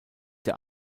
der